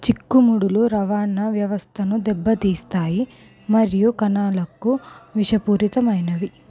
చిక్కుముడులు రవాణా వ్యవస్థను దెబ్బతీస్తాయి మరియు కణాలకు విషపూరితమైనవి